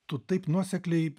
tu taip nuosekliai